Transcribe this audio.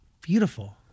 beautiful